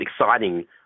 exciting